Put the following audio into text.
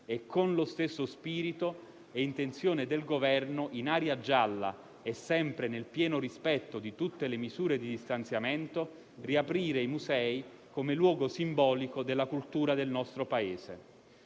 Con lo stesso spirito è intenzione del Governo, in area gialla e sempre nel pieno rispetto di tutte le misure di distanziamento, riaprire i musei come luogo simbolico della cultura del nostro Paese.